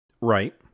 Right